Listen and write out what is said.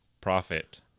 profit